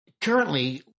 Currently